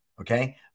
okay